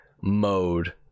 mode